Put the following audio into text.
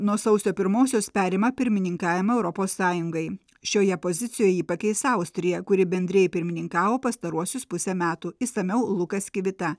nuo sausio pirmosios perima pirmininkavimą europos sąjungai šioje pozicijoje jį pakeis austrija kuri bendrijai pirmininkavo pastaruosius pusę metų išsamiau lukas kvita